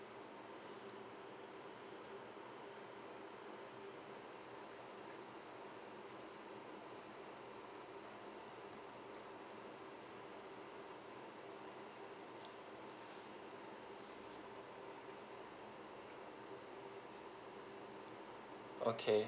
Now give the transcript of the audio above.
okay